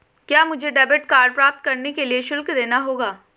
क्या मुझे debit card प्राप्त करने के लिए शुल्क देना होगा?